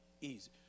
easy